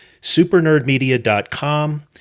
supernerdmedia.com